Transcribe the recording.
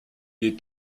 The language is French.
est